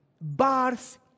Bars